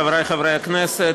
חבריי חברי הכנסת,